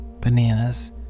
bananas